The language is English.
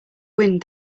wind